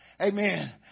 amen